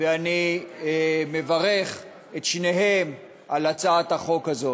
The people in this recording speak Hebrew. ואני מברך את שניהם על הצעת החוק הזאת.